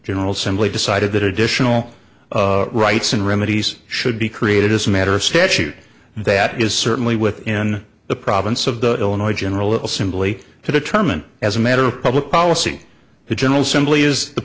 general simply decided that additional rights and remedies should be created as a matter of statute that is certainly within the province of the illinois general assembly to determine as a matter of public policy the general assembly is the